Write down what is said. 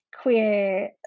queer